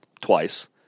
twice